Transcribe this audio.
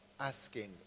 asking